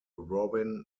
robin